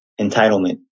entitlement